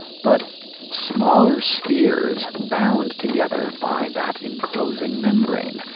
but smaller spheres bound together by that enclosing membrane.